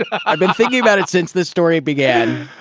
it, i've been thinking about it since this story began. and